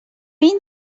mean